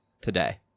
today